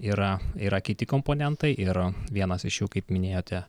yra yra kiti komponentai ir vienas iš jų kaip minėjote